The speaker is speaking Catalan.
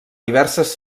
diverses